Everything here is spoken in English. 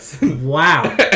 Wow